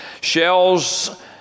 shells